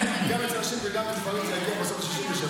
גם אצל נשים וגם לגברים זה יגיע בסוף ל-67,